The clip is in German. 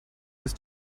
ist